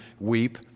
weep